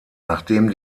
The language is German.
nachdem